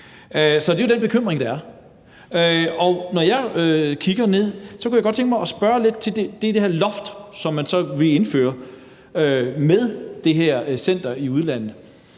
Så det er jo den bekymring, der er. Når jeg kigger på det, kunne jeg godt tænke mig at spørge lidt til det der loft, som man så vil indføre med det her center i udlandet.